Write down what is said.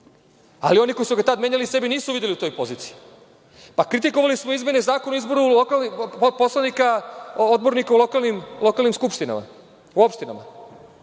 ali oni koji su ga tada menjali, sebe nisu videli u toj poziciji. Kritikovali smo izmene Zakona o izboru odbornika u lokalnim skupštinama, opštinama,